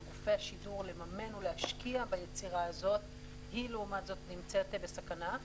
גופי השידור לממן ולהשקיע ביצירה זאת היא לעומת זאת נמצאת בסכנה.